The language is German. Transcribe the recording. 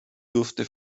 durfte